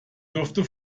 durfte